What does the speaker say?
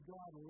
God